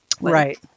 Right